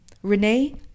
Renee